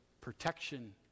protection